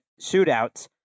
shootouts